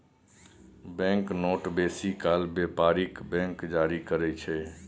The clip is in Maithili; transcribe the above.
बैंक नोट बेसी काल बेपारिक बैंक जारी करय छै